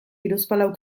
hiruzpalau